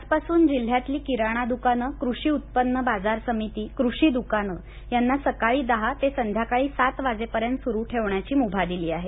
आजपासून जिल्ह्यातली किराणा दुकानं कृषी उत्पन्न बाजार समिती कृषी दुकानं यांना सकाळी दहा ते संध्याकाळी सात वाजेपर्यंत सुरू ठेवण्याची मुभा दिली आहे